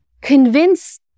convince